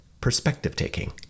perspective-taking